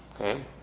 Okay